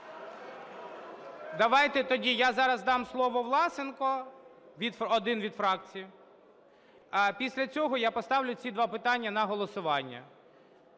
Давайте тоді я зараз дам слово Власенку, один від фракції, а після цього я поставлю ці два питання на голосування.